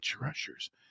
rushers